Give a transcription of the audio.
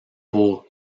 pour